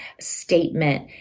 statement